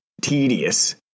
tedious